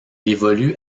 évolue